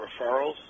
referrals